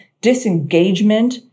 disengagement